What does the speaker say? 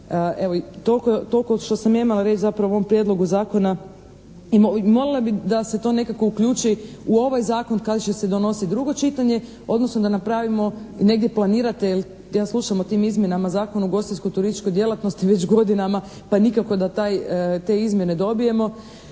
Evo, toliko što sam ja imala reći zapravo o ovom prijedlogu zakona. Molila bi da se to nekako uključi u ovaj zakon kad će se donositi drugo čitanje odnosno da napravimo, negdje planirate, ja slušam o tim izmjenama Zakona o ugostiteljsko-turističkoj djelatnosti već godinama pa nikako da te izmjene dobijemo